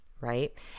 right